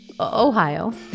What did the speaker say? Ohio